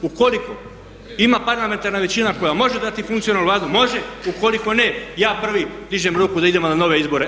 Ukoliko ima parlamentarna većina koja može dati funkcionalnu Vladu može, ukoliko ne, ja prvi dižem ruku da idemo na nove izbore.